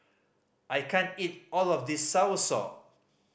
I can't eat all of this soursop